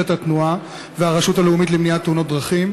התנועה והרשות הלאומית למניעת תאונות דרכים.